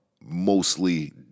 mostly